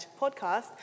podcast